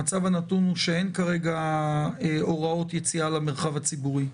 המצב הנתון הוא שאין כרגע הוראות יציאה למרחב הציבורי,